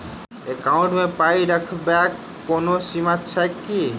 Account मे पाई रखबाक कोनो सीमा छैक की?